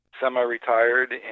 semi-retired